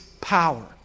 power